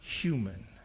human